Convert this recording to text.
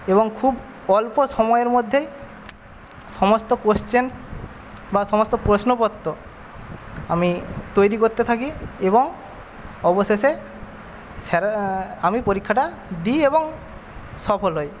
এবং খুব অল্প সময়ের মধ্যেই সমস্ত কোশ্চেন বা সমস্ত প্রশ্নপত্র আমি তৈরি করতে থাকি এবং অবশেষে স্যারের আমি পরীক্ষাটা দিই এবং সফল হই